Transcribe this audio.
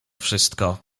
wszystko